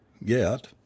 Yet